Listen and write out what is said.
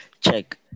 check